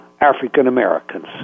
African-Americans